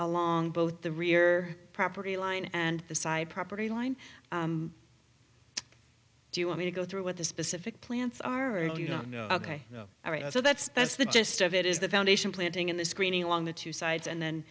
along both the rear property line and the side property line do you want me to go through with the specific plants are ok all right so that's that's the gist of it is the foundation planting in the screening along the two sides and then